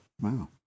Wow